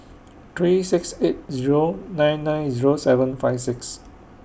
three six eight Zero nine nine Zero seven five six